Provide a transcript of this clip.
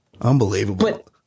Unbelievable